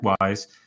wise